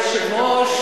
היושב-ראש,